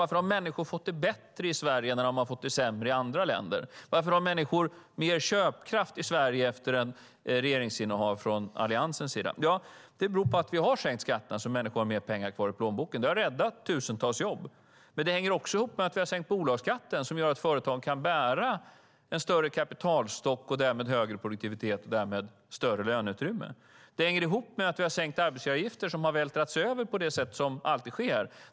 Varför har människor fått det bättre i Sverige när de har fått det sämre i andra länder? Varför har människor mer köpkraft i Sverige efter ett regeringsinnehav från Alliansens sida? Det beror på att vi har sänkt skatterna så att människor har mer pengar kvar i plånboken. Det har räddat tusentals jobb. Det hänger också ihop med att vi har sänkt bolagsskatten. Det gör att företagen kan bära en högre kapitalstock och därmed en högre produktivitet, och därmed skapas större löneutrymme. Det hänger ihop med att vi har sänkt arbetsgivaravgifter som har vältrats över på det sätt som alltid sker.